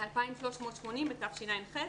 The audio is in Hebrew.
2,380 בתשע"ח.